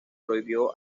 prohibió